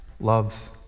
loves